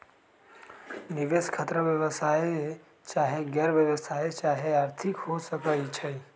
निवेश खतरा व्यवसाय चाहे गैर व्यवसाया चाहे आर्थिक हो सकइ छइ